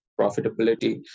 profitability